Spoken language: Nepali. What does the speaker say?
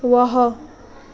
वाह